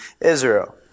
Israel